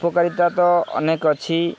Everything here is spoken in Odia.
ଉପକାରିତା ତ ଅନେକ ଅଛି